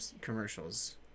commercials